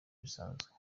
bisanzwe